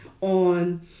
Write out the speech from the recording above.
on